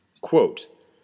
Quote